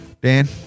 Dan